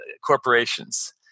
corporations